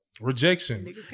rejection